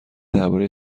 درباره